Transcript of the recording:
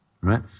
right